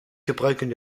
gebruiken